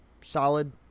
solid